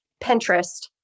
Pinterest